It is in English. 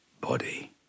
body